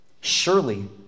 surely